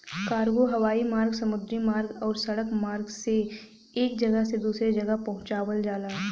cargo हवाई मार्ग समुद्री मार्ग आउर सड़क मार्ग से एक जगह से दूसरे जगह पहुंचावल जाला